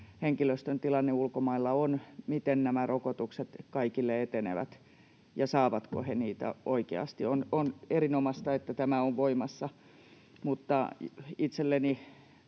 henkilöstömme tilanne ulkomailla on, miten nämä rokotukset kaikille etenevät ja saavatko he niitä oikeasti. On erinomaista, että tämä on voimassa. Mutta itselleni